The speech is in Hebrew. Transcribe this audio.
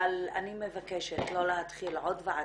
אבל אני מבקשת לא להתחיל עוד ועדה.